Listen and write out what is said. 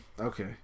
Okay